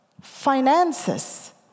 finances